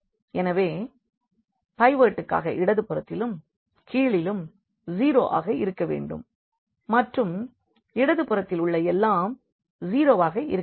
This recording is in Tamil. எனவே பிவோட்டுக்காக இடதுபுறத்திலும் கீழிலும் 0 ஆக இருக்க வேண்டும் மற்றும் இடதுபுறத்தில் உள்ள எல்லாம் 0 ஆக இருக்க வேண்டும்